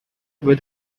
with